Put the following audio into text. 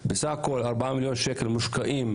שייכנסו